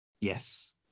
Yes